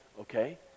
okay